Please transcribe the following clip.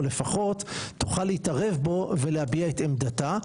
או לפחות תוכל להתערב בו ולהביע את עמדתה,